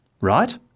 Right